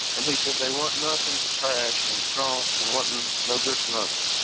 and he said they weren't nothing but trash and drunks and wasn't no good for nothing.